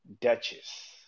duchess